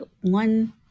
one